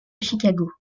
chicago